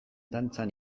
dantzan